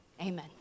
amen